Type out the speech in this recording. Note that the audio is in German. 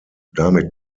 damit